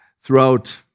throughout